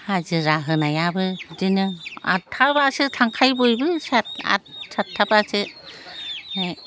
हाजिरा होनायाबो बिदिनो आठथाब्लासो थांखायो बयबो आठ सातथाब्लासो